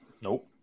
Nope